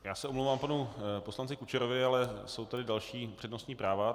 Já se omlouvám panu poslanci Kučerovi, ale jsou tady další přednostní práva.